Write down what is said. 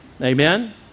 Amen